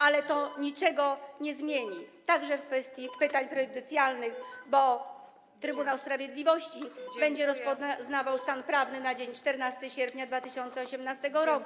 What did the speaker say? Ale to niczego nie zmieni, także w kwestii pytań prejudycjalnych, bo Trybunał Sprawiedliwości będzie rozpoznawał stan prawny na dzień 14 sierpnia 2018 r.